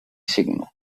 signo